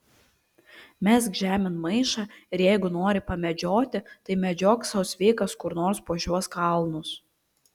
mesk žemėn maišą ir jeigu nori pamedžioti tai medžiok sau sveikas kur nors po šiuos kalnus